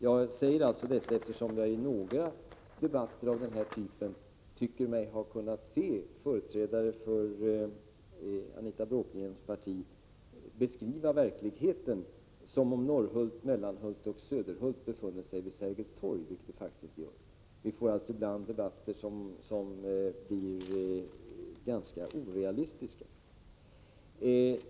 Jag säger detta eftersom jag i några debatter av denna typ tycker mig ha kunnat se företrädare för Anita Bråkenhielms parti beskriva verkligheten som om Norrhult, Mellanhult och Söderhult hade legat vid Sergels torg, vilket de faktiskt inte gör. Vi får alltså ibland debatter som blir ganska orealistiska.